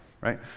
right